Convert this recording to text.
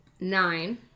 nine